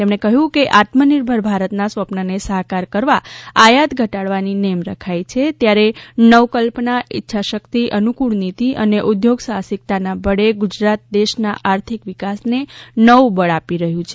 તેમણે કહ્યું કે આત્મનિર્ભર ભારતના સ્વપ્નને સાકાર કરવા આયાત ધટાડવાની નેમ રખાઇ છે ત્યારે નવકલ્પનાઇચ્છાશકિત અનુકુળ નીતી અને ઉદ્યોગ સાહસીકતાના બળે ગુજરાત દેશના આર્થિક વિકાસને નવુ બળ આપી રહયું છે